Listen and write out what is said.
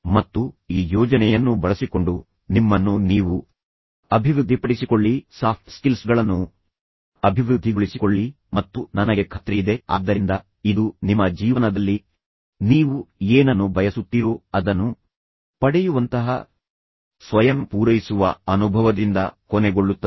ಮತ್ತು ಈ ಯೋಜನೆಯನ್ನು ಬಳಸಿಕೊಂಡು ನಿಮ್ಮನ್ನು ನೀವು ಅಭಿವೃದ್ಧಿಪಡಿಸಿಕೊಳ್ಳಿ ಸಾಫ್ಟ್ ಸ್ಕಿಲ್ಸ್ ಗಳನ್ನೂ ಅಭಿವೃದ್ಧಿಗೊಳಿಸಿಕೊಳ್ಳಿ ಮತ್ತು ನನಗೆ ಖಾತ್ರಿಯಿದೆ ಆದ್ದರಿಂದ ಇದು ನಿಮ್ಮ ಜೀವನದಲ್ಲಿ ನೀವು ಏನನ್ನು ಬಯಸುತ್ತೀರೋ ಅದನ್ನು ಪಡೆಯುವಂತಹ ಸ್ವಯಂ ಪೂರೈಸುವ ಅನುಭವದಿಂದ ಕೊನೆಗೊಳ್ಳುತ್ತದೆ